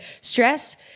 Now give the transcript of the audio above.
stress